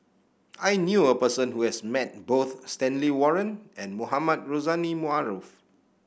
I knew a person who has met both Stanley Warren and Mohamed Rozani Maarof